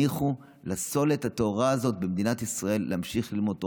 הניחו לסולת הטהורה הזאת במדינת ישראל להמשיך ללמוד תורה.